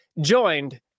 joined